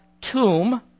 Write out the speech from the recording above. tomb